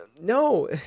no